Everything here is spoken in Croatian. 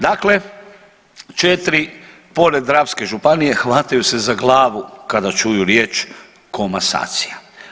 Dakle, 3 pored dravske županije hvataju se za glavu kada čuju riječ komasacija.